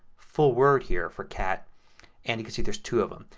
full word here for cat and you can see there's two of them.